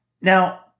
now